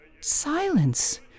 silence